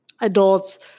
adults